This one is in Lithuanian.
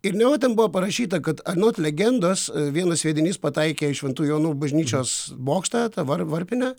ir neva ten buvo parašyta kad anot legendos vienas sviedinys pataikė į šventų jonų bažnyčios bokštą dabar varpinę